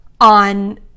on